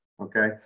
okay